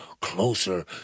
closer